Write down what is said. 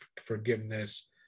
forgiveness